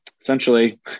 essentially